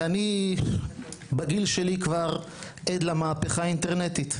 אני בגיל שלי ער למהפכה אינטרנטית,